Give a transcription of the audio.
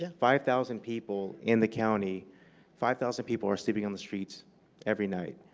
yeah five thousand people in the county five thousand people are sleeping on the streets every night.